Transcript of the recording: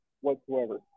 whatsoever